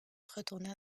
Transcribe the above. retourna